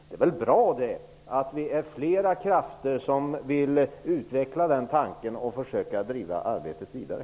Det är väl bra att vi är flera krafter som vill utveckla den tanken och försöka driva arbetet vidare.